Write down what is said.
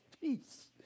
peace